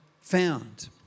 found